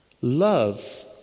Love